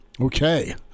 Okay